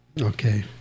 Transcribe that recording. okay